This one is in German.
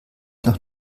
noch